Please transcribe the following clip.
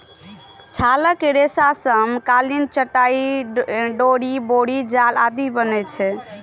छालक रेशा सं कालीन, चटाइ, डोरि, बोरी जाल आदि बनै छै